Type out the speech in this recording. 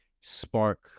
spark